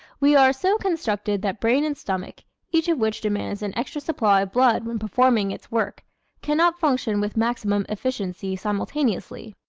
we are so constructed that brain and stomach each of which demands an extra supply of blood when performing its work can not function with maximum efficiency simultaneously.